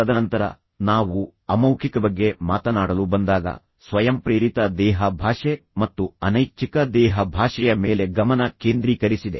ತದನಂತರ ನಾವು ನಾವು ಅಮೌಖಿಕ ಬಗ್ಗೆ ಮಾತನಾಡಲು ಬಂದಾಗ ಸ್ವಯಂಪ್ರೇರಿತ ದೇಹ ಭಾಷೆ ಮತ್ತು ಅನೈಚ್ಛಿಕ ದೇಹ ಭಾಷೆಯ ಮೇಲೆ ಗಮನ ಕೇಂದ್ರೀಕರಿಸಿದೆ